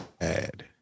add